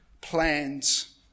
plans